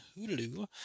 Hulu